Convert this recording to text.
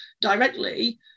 directly